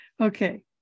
okay